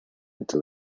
into